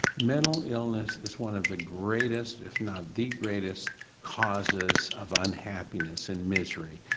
mental illness is one of the greatest if not the greatest causes of unhappiness and misery.